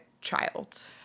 child